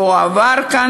והוא עבר כאן,